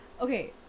Okay